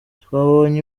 twabonye